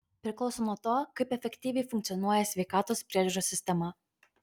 priklauso nuo to kaip efektyviai funkcionuoja sveikatos priežiūros sistema